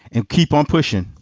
and keep on pushing.